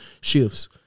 shifts